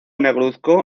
negruzco